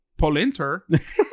Polinter